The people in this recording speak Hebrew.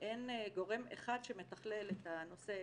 ואין גורם אחד שמתכלל את הנושא,